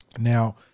Now